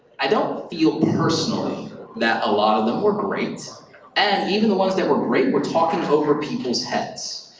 i don't feel personally that a lot of them were great and even the ones that were great were talking over people's heads.